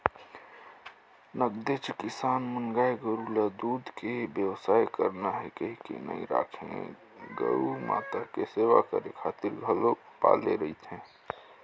नगदेच किसान मन गाय गोरु ल दूद के बेवसाय करना हे कहिके नइ राखे गउ माता के सेवा करे खातिर घलोक पाले रहिथे